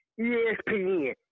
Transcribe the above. ESPN